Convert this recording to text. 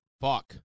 Fuck